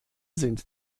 sind